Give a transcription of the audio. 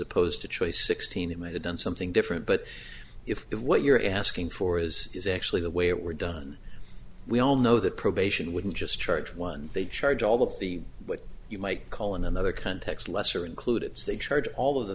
opposed to choice sixteen it may have done something different but if what you're asking for is actually the way it were done we all know that probation wouldn't just charge one they charge all the the what you might call in another context lesser included as they charge all of the